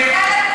תשמעי,